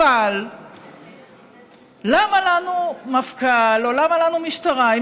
אבל למה לנו מפכ"ל או למה לנו משטרה אם